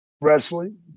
wrestling